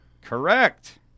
Correct